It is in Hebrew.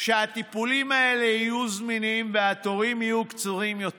שהטיפולים האלה יהיו זמינים והתורים יהיו קצרים יותר.